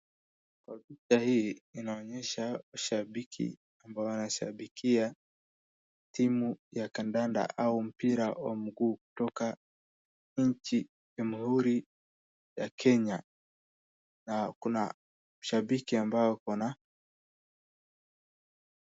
Kwa picha hii inaonyesha mashabiki ambao wanashabikia timu ya kandanda au mpira wa mguu kutoka nchi jamhuri ya Kenya na kuna shabiki ambao wako na.